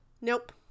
Nope